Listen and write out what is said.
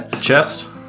Chest